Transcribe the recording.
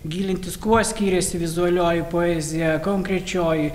gilintis kuo skyrėsi vizualioji poezija konkrečioj